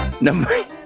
Number